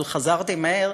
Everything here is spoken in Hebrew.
אבל חזרתי מהר.